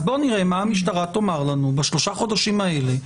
אז בואו נראה מה המשטרה תאמר לנו בשלושה חודשים האלה.